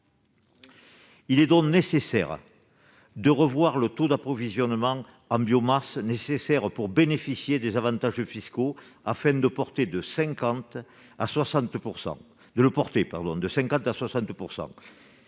Il importe donc de revoir le taux d'approvisionnement en biomasse nécessaire pour bénéficier des avantages fiscaux, afin de le porter de 50 % à 60 %.